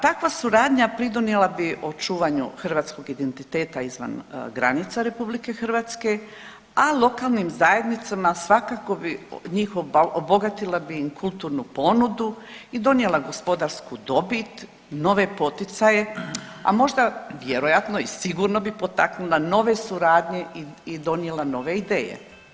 Takva suradnja pridonijela bi očuvanju hrvatskog identiteta izvan granica RH, a lokalnim zajednicama svakako bi, njih obogatila bi im kulturnu ponudu i donijela gospodarsku dobit, nove poticaje, a možda vjerojatno i sigurno bi potaknula nove suradnje i donijela nove ideje.